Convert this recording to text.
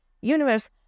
Universe